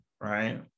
right